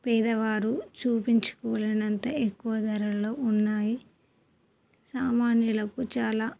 పేదవారు చూపించుకోలేనంత ఎక్కువ ధరలలో ఉన్నాయి సామాన్యులకు చాలా